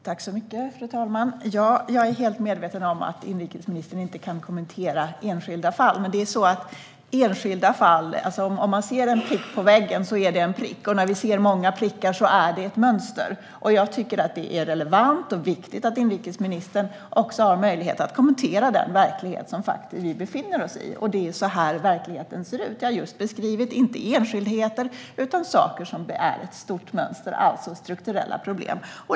Fru talman! Jag är helt medveten om att inrikesministern inte kan kommentera enskilda fall. Men enskilda fall är som när man ser en prick på väggen; det är en prick. När vi ser många prickar blir det ett mönster. Jag tycker att det är relevant och viktigt att inrikesministern också har möjlighet att kommentera den verklighet som vi faktiskt befinner oss i. Det är så här verkligheten ser ut. Jag har inte beskrivit enskildheter utan saker som är ett stort mönster och alltså är strukturella problem.